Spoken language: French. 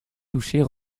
touchées